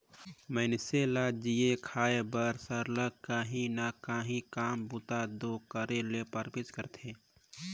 मइनसे ल जीए खाए बर सरलग काहीं ना काहीं काम बूता दो करे ले परबेच करथे